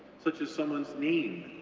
such as someone's name,